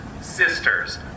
sisters